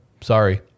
Sorry